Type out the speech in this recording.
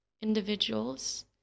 individuals